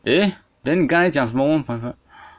then then 你刚才讲什么 one point five